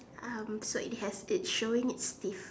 um so it has it's showing its teeth